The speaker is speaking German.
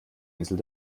insel